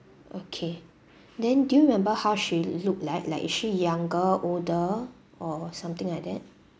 okay then do you remember how she look like like is she younger older or something like that